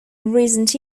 recent